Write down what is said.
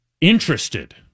Interested